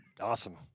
Awesome